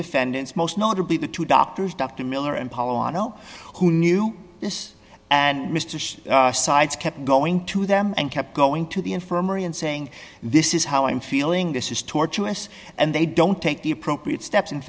defendants most notably the two doctors dr miller and pall on o who knew this and mr science kept going to them and kept going to the infirmary and saying this is how i'm feeling this is torturous and they don't take the appropriate steps in